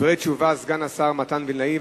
דברי תשובה, סגן השר מתן וילנאי.